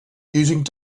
using